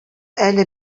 әле